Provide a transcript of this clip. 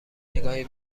نگاهی